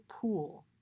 pool